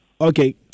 Okay